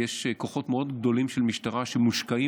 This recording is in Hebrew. יש כוחות מאוד גדולים של משטרה שמושקעים